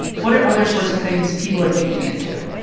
what are other sorts of things people are digging into?